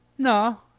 No